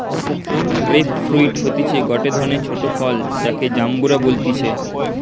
grape fruit হতিছে গটে ধরণের ছোট ফল যাকে জাম্বুরা বলতিছে